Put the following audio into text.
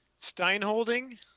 Steinholding